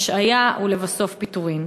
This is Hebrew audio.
השעיה ולבסוף פיטורים.